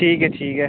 ठीक ऐ ठीक ऐ